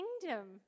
kingdom